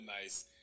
nice